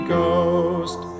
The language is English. Ghost